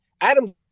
Adam